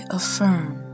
affirm